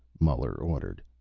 muller ordered.